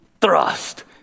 Thrust